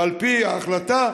ועל פי ההחלטה,